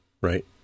right